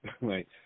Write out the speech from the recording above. right